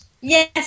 Yes